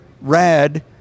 Rad